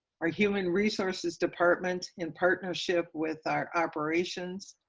our human resources department in partnership with our operations,